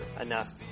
enough